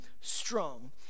strong